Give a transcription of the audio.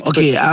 Okay